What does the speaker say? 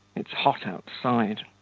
it's hot outside.